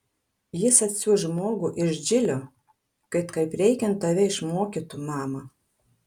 jis atsiųs žmogų iš džilio kad kaip reikiant tave išmokytų mama